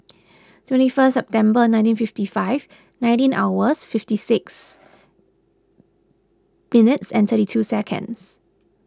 twenty first September nineteen fifty five nineteen hours fifty six minutes and thirty two seconds